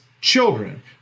children